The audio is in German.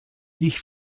ich